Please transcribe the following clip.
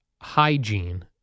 hygiene